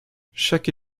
chaque